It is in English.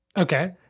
okay